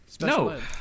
No